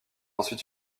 ensuite